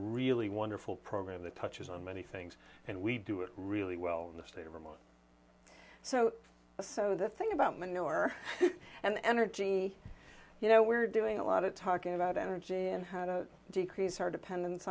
really wonderful program that touches on many things and we do it really well in the state of vermont so so this thing about manure and energy you know we're doing a lot of talking about energy and how to decrease our dependence